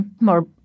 more